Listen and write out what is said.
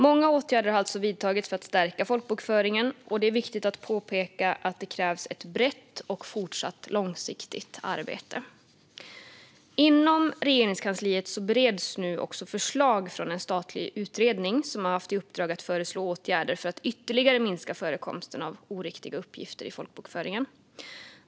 Många åtgärder har alltså vidtagits för att stärka folkbokföringen, och det är viktigt att påpeka att det krävs ett brett och fortsatt långsiktigt arbete. Inom Regeringskansliet bereds nu också förslag från en statlig utredning som haft i uppdrag att föreslå åtgärder för att ytterligare minska förekomsten av oriktiga uppgifter i folkbokföringen.